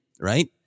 right